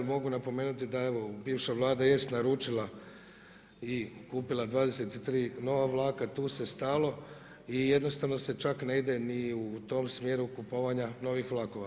Mogu napomenuti da bivša vlada jest naručila i kupila 23 nova vlaka, tu se stalo i jednostavno se čak ne ide ni u tom sjeru kupovanja novih vlakova.